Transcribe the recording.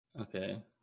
Okay